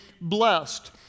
blessed